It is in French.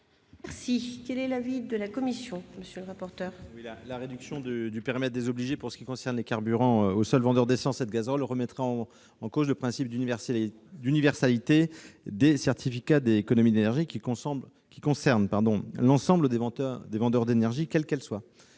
Quel est l'avis de la commission ? La réduction du périmètre des obligés, pour ce qui concerne les carburants, aux seuls vendeurs d'essence et de gazole remettrait en cause le principe d'universalité des certificats d'économies d'énergie, qui concernent l'ensemble des vendeurs d'énergie, quelle qu'elle soit.